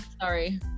sorry